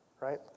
right